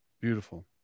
beautiful